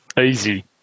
Easy